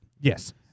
Yes